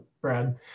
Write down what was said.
Brad